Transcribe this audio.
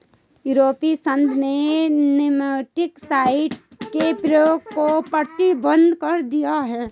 यूरोपीय संघ ने नेमेटीसाइड के प्रयोग को प्रतिबंधित कर दिया है